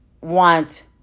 want